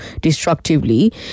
destructively